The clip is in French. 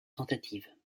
tentatives